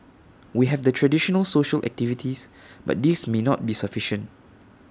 we have the traditional social activities but these may not be sufficient